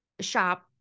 shop